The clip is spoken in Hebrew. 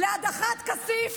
להדחת כסיף